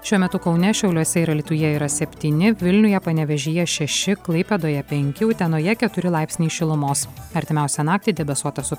šiuo metu kaune šiauliuose ir alytuje yra septyni vilniuje panevėžyje šeši klaipėdoje penki utenoje keturi laipsniai šilumos artimiausią naktį debesuota su